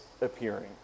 appearing